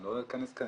אני לא אכנס כאן,